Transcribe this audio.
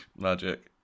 Magic